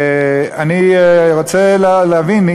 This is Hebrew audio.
אני רוצה להבין,